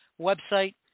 website